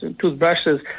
toothbrushes